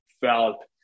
felt